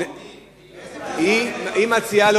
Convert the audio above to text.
מה היא מציעה?